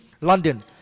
London